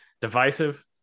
divisive